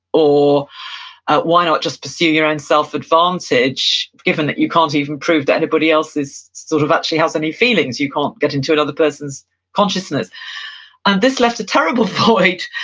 or why not just pursue your own self advantage, given that you can't even prove that anybody else is, sort of actually has any feelings, you can't get into another person's consciousness? and this left a terrible void,